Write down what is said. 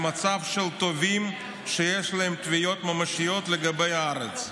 למצב של תובעים, שיש להם תביעות ממשיות לגבי הארץ.